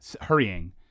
hurrying